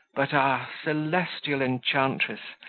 but, ah! celestial enchantress!